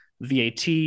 VAT